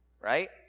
Right